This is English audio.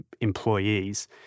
employees